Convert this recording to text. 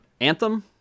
anthem